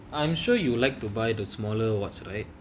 I'm sure you would like to buy the smaller watch right